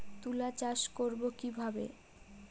তুলা চাষ করব কি করে?